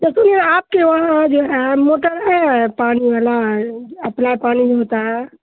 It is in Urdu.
تو سنیے آپ کے وہاں جو ہے موٹر ہے پانی والا اپنا پانی جو ہوتا ہے